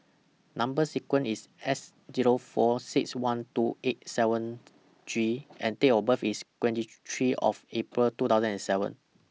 Number sequence IS S Zero four six one two eight seven G and Date of birth IS twenty three of April two thousand and seven